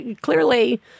clearly